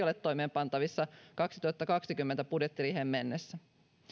ole toimeenpantavissa vuoden kaksituhattakaksikymmentä budjettiriiheen mennessä